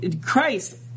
Christ